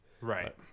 Right